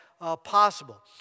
possible